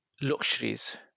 luxuries